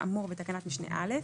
כאמור בתקנת משנה (א),